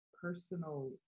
personal